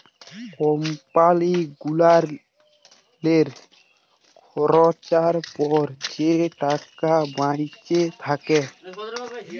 কম্পালি গুলালের খরচার পর যা টাকা বাঁইচে থ্যাকে